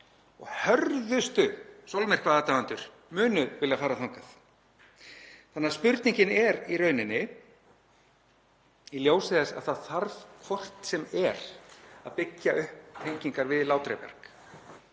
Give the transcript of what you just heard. Hörðustu sólmyrkvaaðdáendur munu vilja fara þangað. Þannig að spurningin er í rauninni, í ljósi þess að það þarf hvort sem er að byggja upp tengingar við Látrabjarg: